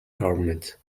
government